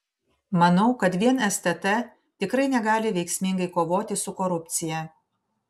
manau kad vien stt tikrai negali veiksmingai kovoti su korupcija